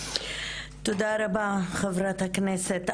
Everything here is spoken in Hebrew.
תודה רבה חברת הכנסת.